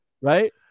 right